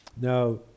Now